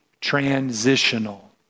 transitional